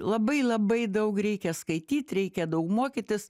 labai labai daug reikia skaityt reikia daug mokytis